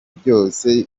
byose